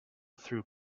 through